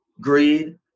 Greed